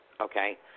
Okay